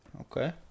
Okay